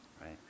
right